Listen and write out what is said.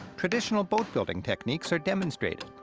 traditional boat-building techniques are demonstrated